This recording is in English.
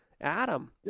Adam